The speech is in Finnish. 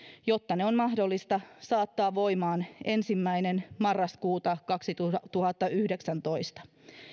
jotta ne on mahdollista saattaa voimaan ensimmäinen marraskuuta kaksituhattayhdeksäntoista